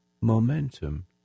momentum